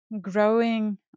growing